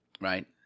right